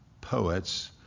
poets